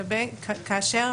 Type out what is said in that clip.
כאשר